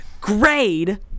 grade